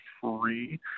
free